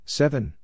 seven